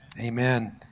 Amen